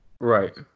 Right